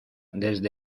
desde